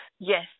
Yes